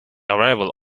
arrival